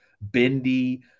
bendy